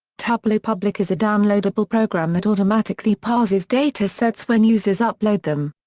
tableau public is a downloadable program that automatically parses datasets when users upload them.